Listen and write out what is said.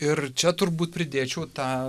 ir čia turbūt pridėčiau tą